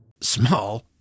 Small